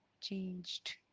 changed